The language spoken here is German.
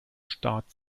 staat